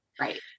Right